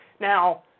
Now